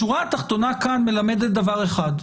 השורה התחתונה כאן מלמדת דבר אחד: